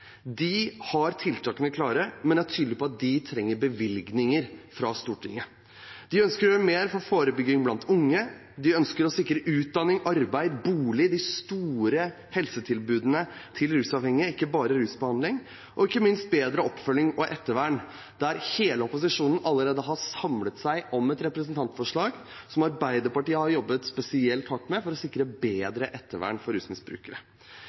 De har tiltakene klare, men er tydelige på at de trenger bevilgninger fra Stortinget. De ønsker å gjøre mer for forebygging blant unge, de ønsker å sikre utdanning, arbeid, bolig, de store helsetilbudene til rusavhengige, ikke bare rusbehandling, og ikke minst bedre oppfølging og ettervern, der hele opposisjonen allerede har samlet seg om et representantforslag som Arbeiderpartiet har jobbet spesielt hardt med, for å sikre bedre ettervern for rusmisbrukere.